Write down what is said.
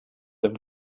them